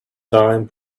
time